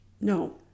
No